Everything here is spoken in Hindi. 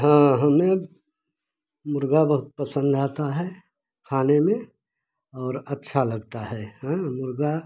तो हमने मुर्गा बहुत पसंद आता है खाने में और अच्छा लगता है मुर्गा